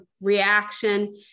reaction